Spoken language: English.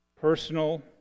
personal